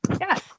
Yes